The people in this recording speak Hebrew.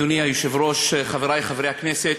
אדוני היושב-ראש, חברי חברי הכנסת.